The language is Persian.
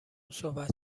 صحبت